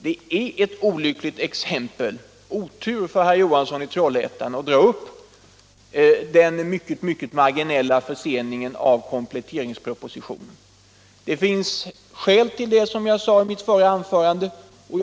Det är ett olyckligt exempel — otur för herr Johansson i Trollhättan — att dra upp den mycket marginella förseningen av kompletteringspropositionen. Som jag sade i mitt förra anförande finns det skäl för den.